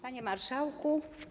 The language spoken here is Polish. Panie Marszałku!